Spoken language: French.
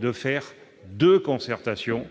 d'avoir deux concertations